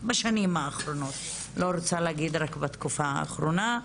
בשנים האחרונות, לא רוצה להגיד רק בתקופה האחרונה.